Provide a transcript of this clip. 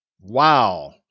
Wow